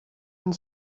and